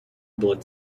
blood